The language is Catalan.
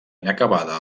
inacabada